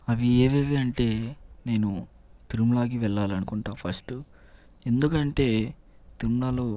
అవి ఏవేవి అంటే నేను తిరుమలకి వెళ్ళాలి అనుకుంటా ఫస్టు ఎందుకంటే తిరుమలలో